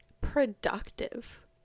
productive